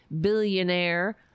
billionaire